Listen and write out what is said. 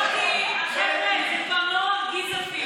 חבר'ה, זה כבר לא מרגיז אפילו.